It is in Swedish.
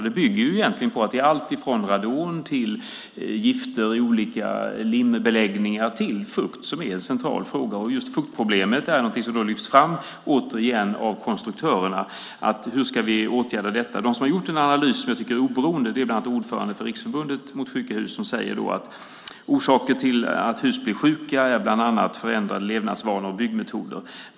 Det bygger egentligen på att det handlar om alltifrån radon till gifter i olika limbeläggningar och fukt som är en central fråga. Just fuktproblemet är något som återigen lyfts fram av konstruktörerna. Hur ska man åtgärda detta? Bland annat Riksförbundet mot Sjuka Hus har gjort en analys som jag tycker är oberoende, och ordföranden där säger att orsaken till att hus blir sjuka är bland annat förändrade levnadsvanor och byggmetoder.